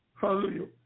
Hallelujah